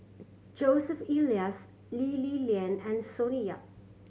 Joseph Elias Lee Li Lian and Sonny Yap